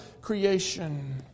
creation